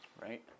Right